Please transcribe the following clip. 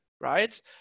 right